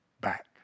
back